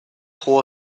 jugó